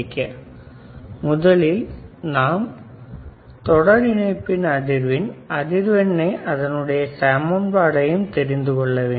தீர்வு முதலில் நாம் தொடர் இணைப்பின் அதிர்வின் அதிர்வெண்ணை அதனுடைய சமன்பாட்டை தெரிந்துகொள்ளவேண்டும்